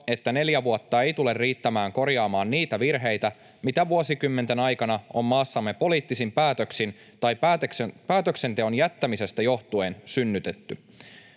että neljä vuotta ei tule riittämään korjaamaan niitä virheitä, mitä vuosikymmenten aikana on maassamme poliittisin päätöksin tai päätöksenteon jättämisestä johtuen synnytetty.